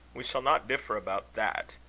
we shall not differ about that.